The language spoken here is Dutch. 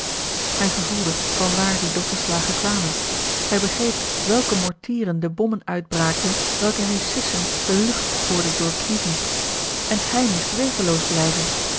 hij gevoelde van waar die doffe slagen kwamen hij begreep welke mortieren de bommen uitbraakten welke hij sissend de lucht hoorde doorklieven en hij moest werkeloos blijven